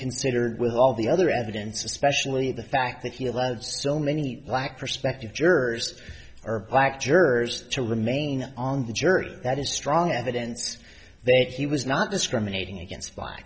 considered with all the other evidence especially the fact that he lied so many black prospective jurors are black jurors to remain on the jury that is strong evidence they thought he was not discriminating against b